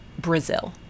Brazil